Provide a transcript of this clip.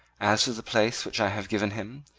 as to the place which i have given him,